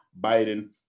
Biden